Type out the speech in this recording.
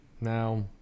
now